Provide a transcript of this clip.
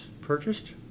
purchased